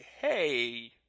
hey